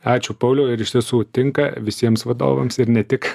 ačiū pauliau ir iš tiesų tinka visiems vadovams ir ne tik